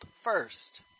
first